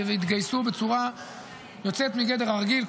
והתגייסו בצורה יוצאת מגדר הרגיל.